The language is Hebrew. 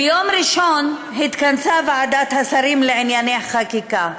ביום ראשון התכנסה ועדת השרים לענייני חקיקה,